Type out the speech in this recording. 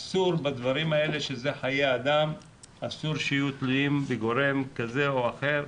אסור בדברים האלה שזה חיי אדם שיהיו תלויים בגורם כזה או אחר,